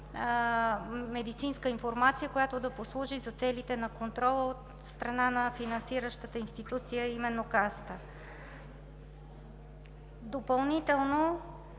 медицинска информация, която да послужи за целите на контрола от страна на финансиращата институция, а именно Касата. Допълнително